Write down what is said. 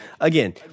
again